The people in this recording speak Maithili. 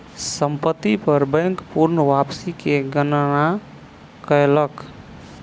संपत्ति पर बैंक पूर्ण वापसी के गणना कयलक